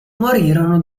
morirono